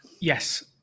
Yes